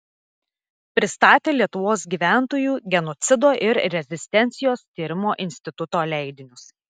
pristatė lietuvos gyventojų genocido ir rezistencijos tyrimo instituto leidinius